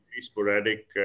sporadic